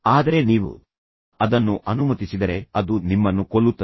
ಆದರೆ ನೀವು ಅದನ್ನು ಅನುಮತಿಸಿದರೆ ಅದು ನಿಮ್ಮನ್ನು ಕೊಲ್ಲುತ್ತದೆ